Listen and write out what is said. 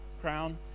crown